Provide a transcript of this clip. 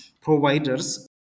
providers